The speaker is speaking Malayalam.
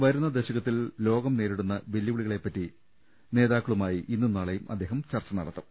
വരുന്ന ദശകത്തിൽ ലോകം നേരിടുന്ന വെല്ലുവിളികളെപ്പറ്റി ലോകനേതാക്കളുമായി ഇന്നും നാളെയും അദ്ദേഹം ചർച്ച നടത്തും